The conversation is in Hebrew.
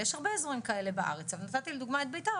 ויש הרבה אזורים כאלה בארץ אבל נתתי לדוגמה את ביתר,